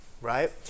right